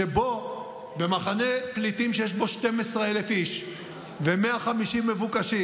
שבו במחנה פליטים שיש בו 12,000 איש ו-150 מבוקשים,